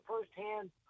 firsthand